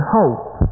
hope